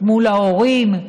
מול ההורים.